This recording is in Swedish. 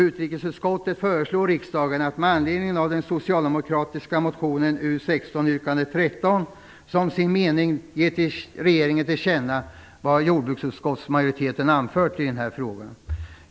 Utrikesutskottet föreslår riksdagen att med anledning av den socialdemokratiska motionen U16, yrkande 13, skall riksdagen som sin mening ge regeringen till känna vad jordbruksutskottets majoritet har anfört i den frågan.